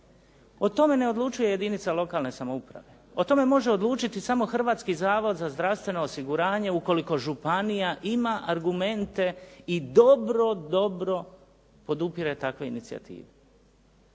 O tome ne odlučuje jedinica lokalne samouprave, o tome može odlučiti samo Hrvatski zavod za zdravstveno osiguranje ukoliko županija ima argumente i dobro, dobro podupire takve inicijative.